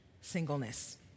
singleness